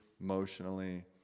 emotionally